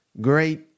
great